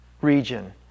region